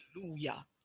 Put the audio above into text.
hallelujah